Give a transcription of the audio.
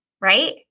right